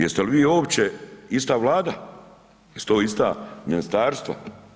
Jeste li vi uopće ista vlada, jesu to ista ministarstva?